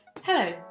Hello